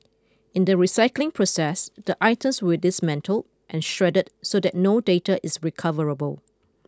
in the recycling process the items will dismantle and shred so that no data is recoverable